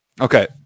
Okay